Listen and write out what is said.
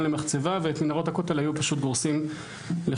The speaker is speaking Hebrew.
למחצבה ואת מנהרות הכותל היו פשוט גורסים לחצץ,